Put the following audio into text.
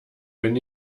bin